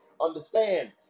understand